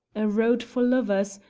a road for lovers,